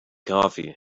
coffee